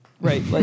Right